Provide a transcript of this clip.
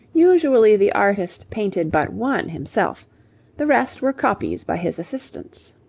usually the artist painted but one himself the rest were copies by his assistants.